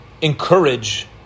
encourage